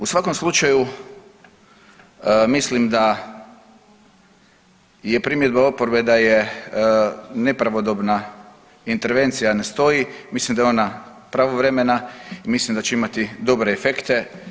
U svakom slučaju mislim da je primjedba oporbe da je nepravodobna intervencija ne stoji, mislim da je ona pravovremena i mislim da će imati dobre efekte.